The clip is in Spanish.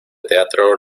teatro